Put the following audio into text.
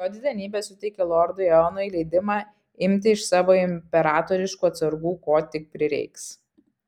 jo didenybė suteikė lordui eonui leidimą imti iš savo imperatoriškų atsargų ko tik prireiks